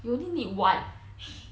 you only need one